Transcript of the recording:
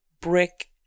brick